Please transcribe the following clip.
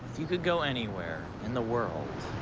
you could go anywhere in the world,